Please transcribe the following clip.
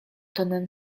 tonem